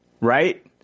Right